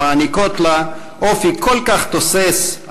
המעניקות לה אופי כל כך תוסס,